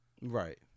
Right